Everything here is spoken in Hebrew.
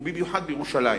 ובמיוחד בירושלים.